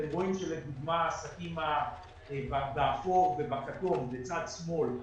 אתם רואים שלדוגמה עסקים באפור ובכתום בצד שמאל,